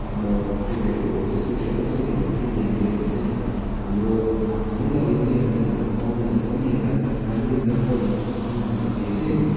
अन्त क्रिकेटहरू भयो त्यस्तोतिर अलिकति भए पनि ध्यान दियौँ भने चाहिँ हाम्रो हाम्रो हाम्रो लागि मात्रै होइन तर हाम्रो गाउँको लागि पनि एउटा राम्रो इक्जाम्पल हुनसक्छ किन भन्दाखेरि चाहिँ